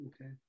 Okay